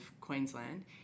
Queensland